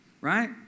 right